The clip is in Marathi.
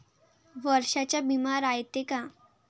वर्षाचा बिमा रायते का?